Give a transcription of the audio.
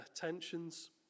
tensions